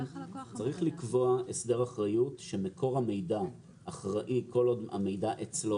צריך לקבוע הסדר אחריות שמקור המידע אחראי כל עוד המידע אצלו,